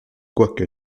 quoique